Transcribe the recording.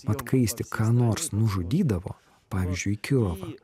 mat kai jis tik ką nors nužudydavo pavyzdžiui kirovą